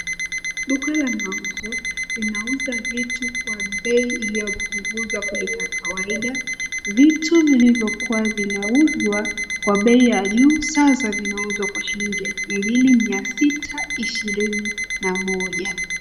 Duka la mauzo linauza vitu kwa bei iliyopunguzwa kuliko ya kawaida. Vitu vilivyokua vinauzwa kwa bei ya juu sasa vinauzwa kwa shilingi elfu mbili mia sita ishirini na moja.